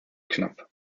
knapp